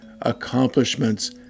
accomplishments